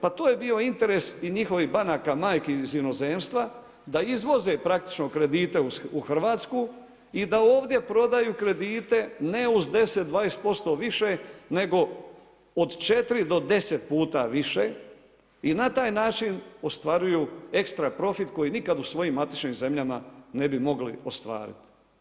Pa to je bio interes i njihovih banaka majki iz inozemstva da izvoze praktično kredite u Hrvatsku i da ovdje prodaju kredite ne uz 10, 20% više nego od 4 do 10 puta više i na taj način ostvaruju ekstra profit koji nikad u svojim matičnim zemljama ne bi mogli ostvariti.